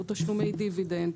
כמו תשלומי דיבידנד,